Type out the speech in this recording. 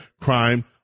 Crime